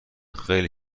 خیلی